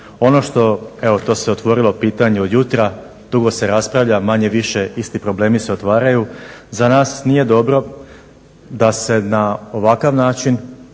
evo to se otvorilo pitanje od jutra, dugo se raspravlja, manje-više isti problemi se otvaraju, za nas nije dobro da se na ovakav način